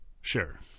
Sure